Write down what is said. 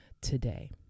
today